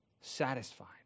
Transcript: satisfied